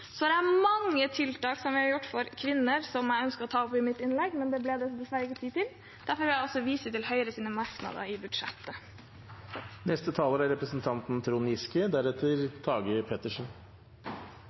Det er mange tiltak som vi har gjort for kvinner, som jeg ønsket å ta opp i mitt innlegg, men det ble det dessverre ikke tid til. Derfor vil jeg også vise til Høyres merknader i budsjettet.